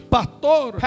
pastor